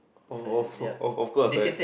of of course I